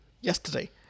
Yesterday